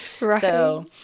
Right